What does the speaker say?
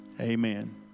amen